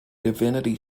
divinity